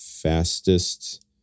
fastest